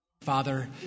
Father